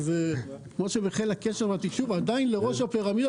כמו שבחיל הקשר קוראים עדיין לראש הפירמידה